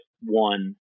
one